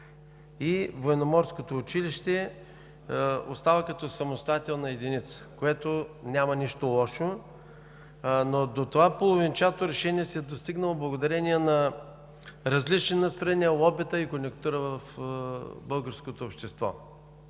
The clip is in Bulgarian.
и Военноморското училище остава като самостоятелна единица, в което няма нищо лошо. Но до това половинчато решение се е достигнало благодарение на различни настроения, лобита и конюнктура в българското общество.